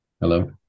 Hello